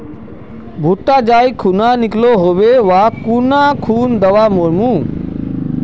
भुट्टा जाई खुना निकलो होबे वा खुना कुन दावा मार्मु?